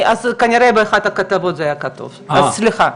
כנראה באחת הכתבות זה היה כתוב, אז סליחה.